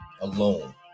alone